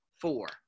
four